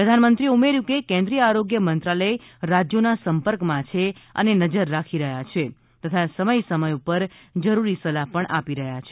પ્રધાનમંત્રીએ ઉમેર્યું કે કેન્દ્રીય આરોગ્ય મંત્રાલય રાજ્યોના સંપર્કમાં છે અને નજર રાખી રહ્યા છે તથા સમય પર જરૂરી સલાહ આપી રહ્યા છે